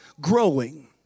growing